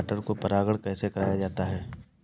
मटर को परागण कैसे कराया जाता है?